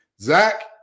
Zach